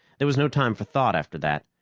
there was no time for thought after that.